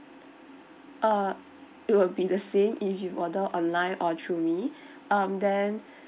uh it would be the same if you order online or through me um then